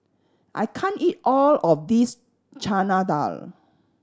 I can't eat all of this Chana Dal